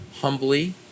humbly